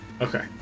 Okay